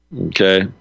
okay